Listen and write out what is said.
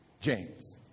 James